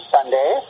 Sunday